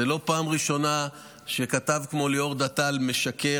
זו לא פעם ראשונה שכתב כמו ליאור דטל משקר